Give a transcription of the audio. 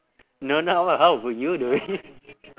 no no how how would you do it